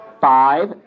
Five